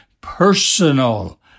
personal